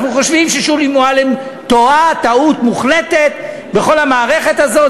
אנחנו חושבים ששולי מועלם טועה טעות מוחלטת בכל המערכת הזו.